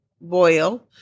boil